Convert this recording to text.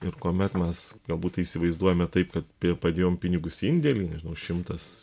ir kuomet mes galbūt tai įsivaizduojame taip kad padėjom pinigus į indėlį nežinau šimtas